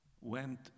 went